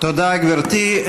תודה, גברתי.